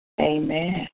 Amen